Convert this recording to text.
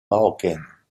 marocaines